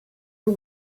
lou